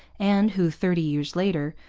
and who, thirty years later,